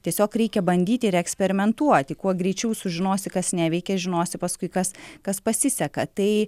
tiesiog reikia bandyti ir eksperimentuoti kuo greičiau sužinosi kas neveikia žinosi paskui kas kas pasiseka tai